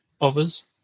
others